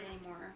anymore